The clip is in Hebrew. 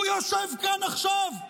הוא יושב כאן עכשיו.